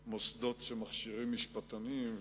שיש יותר מדי מוסדות שמכשירים משפטנים,